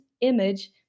image